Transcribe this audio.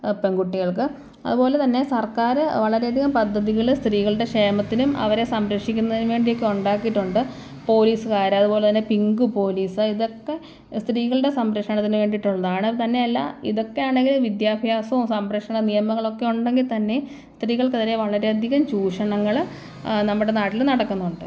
പെൺകുട്ടികൾക്ക് അതുപോലെ തന്നെ സർക്കാർ വളരെയധികം പദ്ധതികൾ സ്ത്രീകളുടെ ക്ഷേമത്തിനും അവരെ സംരക്ഷിക്കുന്നതിന് വേണ്ടിയൊക്കെ ഉണ്ടാക്കിയിട്ടുണ്ട് പോലീസുകാർ അതുപോലെ പിങ്ക് പോലീസ് ഇതൊക്കെ സ്ത്രീകളുടെ സംരക്ഷണത്തിന് വേണ്ടിയിട്ടുള്ളതാണ് തന്നെയല്ല ഇതൊക്കെയാണെങ്കിലും വിദ്യാഭ്യാസം സംരക്ഷണ നിയമങ്ങളൊക്കെ ഉണ്ടെങ്കിൽ തന്നെ സ്ത്രീകൾക്കെതിരെ വളരെയധികം ചൂഷണങ്ങൾ നമ്മുടെ നാട്ടിൽ നടക്കുന്നുണ്ട്